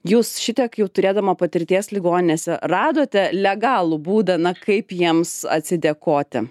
jūs šitiek jau turėdama patirties ligoninėse radote legalų būdą na kaip jiems atsidėkoti